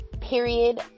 period